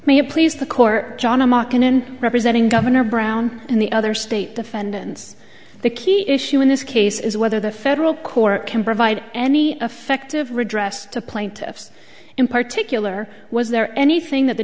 it please the court john a market in representing governor brown and the other state defendants the key issue in this case is whether the federal court can provide any effective redress to plaintiffs in particular was there anything that the